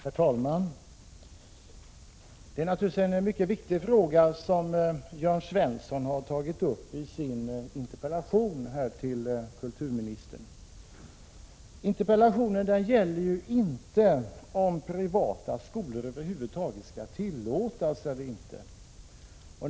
Herr talman! Det är naturligtvis en mycket viktig fråga som Jörn Svensson har tagit upp i sin interpellation till kulturministern. Interpellationen gäller inte om privata skolor över huvud taget skall tillåtas eller inte.